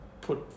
put